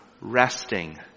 resting